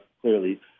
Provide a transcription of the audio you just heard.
clearly